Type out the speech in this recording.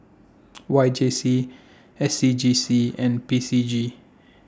Y J C S C G C and P C G